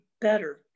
better